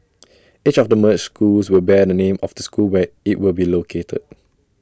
each of the merged schools will bear the name of the school where IT will be located